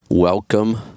Welcome